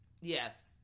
Yes